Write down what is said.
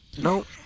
Nope